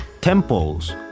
temples